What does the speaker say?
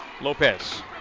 Lopez